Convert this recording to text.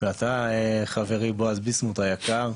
וחבר הכנסת בועז ביסמוט היקר,